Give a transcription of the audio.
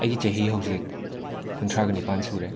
ꯑꯩꯒꯤ ꯆꯍꯤ ꯍꯧꯖꯤꯛ ꯀꯨꯟꯊ꯭ꯔꯥꯒ ꯅꯤꯄꯥꯟ ꯁꯨꯔꯦ